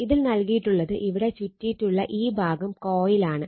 ഇതിൽ നൽകിയിട്ടുള്ളത് ഇവിടെ ചുറ്റിയിട്ടുള്ള ഈ ഭാഗം കൊയിലാണ്